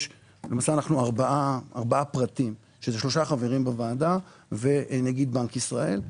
למעשה אנחנו ארבעה פרטים שאלה שלושה חברים בוועדה ונגיד בנק ישראל.